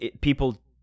people